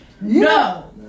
No